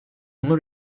bunu